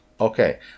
okay